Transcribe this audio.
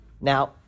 Now